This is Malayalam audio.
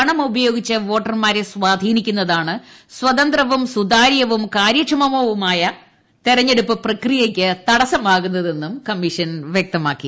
പണം ഉപയോഗിച്ച് വോട്ടർമാരെ സ്വാധീനിക്കുന്നതാണ് സ്വതന്ത്രവും സുതാര്യവും കാര്യക്ഷമവുമായ തെരഞ്ഞെടുപ്പ് പ്രക്രിയയ്ക്ക് തടസമാകുന്നതെന്നും കമ്മിഷൻ വൃക്തമാക്കി